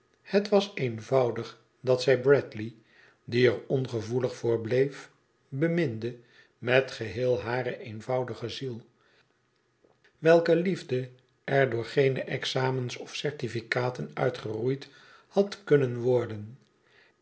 het was eenvoudig dat zij bradley die er ongevoelig voor bleef beminde met geheel hare eenvoudige ziel welke liefde er door geene examens of certificaten uitgeroeid had kunnen worden